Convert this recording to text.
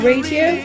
Radio